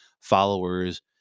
followers